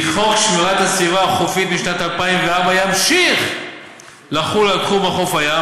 כי חוק שמירת הסביבה החופית משנת 2004 ימשיך לחול על תחום חוף הים,